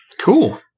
Cool